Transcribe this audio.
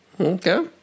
Okay